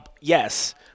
yes